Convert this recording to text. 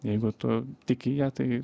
jeigu tu tiki ja tai